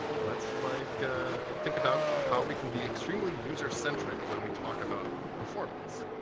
let's like ah think about how we can be extremely user-centric when we talk about performance.